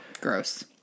Gross